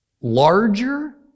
larger